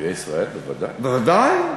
ערביי ישראל, בוודאי.